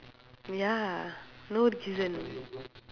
ya no reason